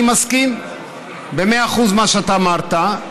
אני מסכים במאה אחוז עם מה שאתה אמרת.